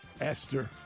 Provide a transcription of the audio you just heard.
Esther